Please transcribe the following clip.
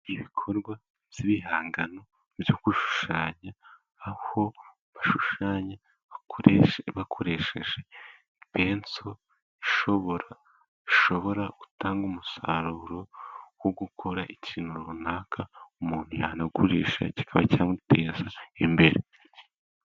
Ibikorwa by'ibihangano byo gushushanya, aho bashushanya bakoresheje penso, bishobora gutanga umusaruro wo gukora ikintu runaka umuntu yanagurisha kikaba cyamuteza imbere.